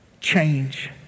Change